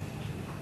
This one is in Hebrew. הפליה בשל גיל).